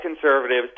conservatives